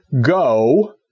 go